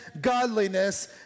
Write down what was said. godliness